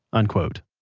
unquote